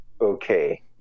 Okay